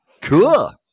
Cool